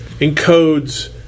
encodes